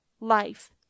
life